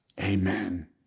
Amen